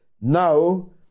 now